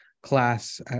Class